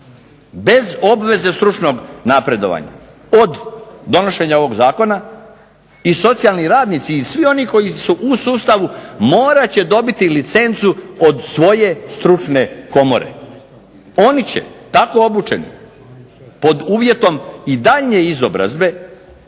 bez obveze stručnog napredovanja? Od donošenja ovog zakona i socijalni radnici i svi oni koji su u sustavu morat će dobiti licencu od svoje stručne komore. Oni će tako obučeni pod uvjetom i dalje izobrazbe